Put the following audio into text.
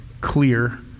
clear